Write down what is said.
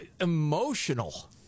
Emotional